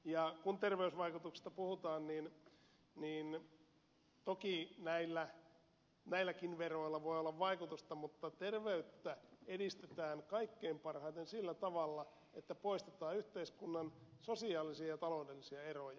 ja kun terveysvaikutuksista puhutaan niin toki näilläkin veroilla voi olla vaikutusta mutta terveyttä edistetään kaikkein parhaiten sillä tavalla että poistetaan yhteiskunnan sosiaalisia ja taloudellisia eroja